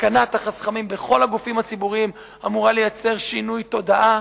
התקנת החסכמים בכל הגופים הציבוריים אמורה לייצר שינוי תודעה,